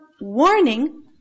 warning